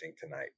tonight